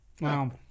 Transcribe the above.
Wow